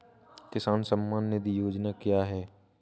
किसान सम्मान निधि योजना क्या है?